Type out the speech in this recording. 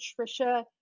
Trisha